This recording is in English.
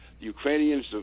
Ukrainians